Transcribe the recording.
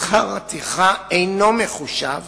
שכר הטרחה אינו מחושב